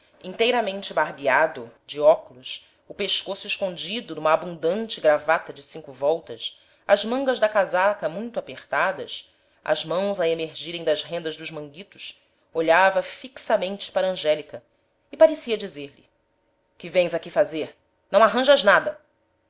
inteiramente barbeado de óculos o pescoço escondido numa abundante gravata de cinco voltas as mangas da casaca muito apertadas as mãos a emergirem das rendas dos manguitos olhava fixamente para angélica e parecia dizer-lhe que vens aqui fazer não arranjas nada